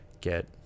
get